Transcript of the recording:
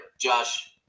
Josh